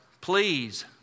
please